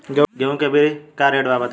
गेहूं के अभी का रेट बा बताई?